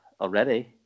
already